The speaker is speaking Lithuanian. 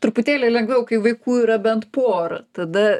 truputėlį lengviau kai vaikų yra bent pora tada